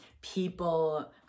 people